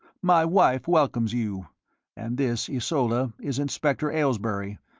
my wife welcomes you and this, ysola, is inspector aylesbury,